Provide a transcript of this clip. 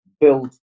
build